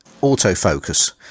autofocus